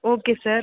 okay sir